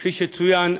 כפי שצוין,